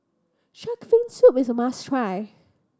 shark fin soup is a must try